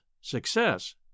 success